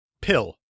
pill